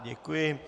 Děkuji.